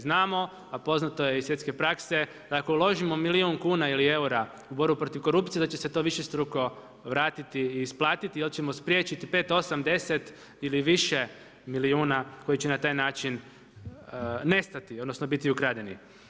Znamo, a poznato je iz svjetske prakse, ako uložimo milijun kuna ili eura u borbu protiv korupcije, da će se to višestruko vratiti i isplatiti, jer ćemo spriječiti 5, 8 10 ili više milijuna koji će na taj način nestati, odnosno, biti ukradeni.